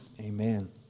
amen